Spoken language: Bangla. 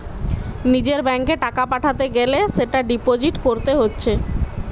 নিজের ব্যাংকে টাকা পাঠাতে গ্যালে সেটা ডিপোজিট কোরতে হচ্ছে